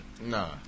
No